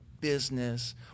business